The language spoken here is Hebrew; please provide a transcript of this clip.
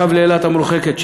הקו לאילת המרוחקת,